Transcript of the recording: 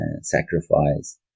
sacrifice